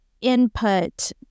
input